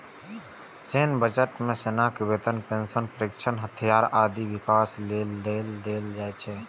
सैन्य बजट मे सेनाक वेतन, पेंशन, प्रशिक्षण, हथियार, आदिक विकास लेल धन देल जाइ छै